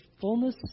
fullness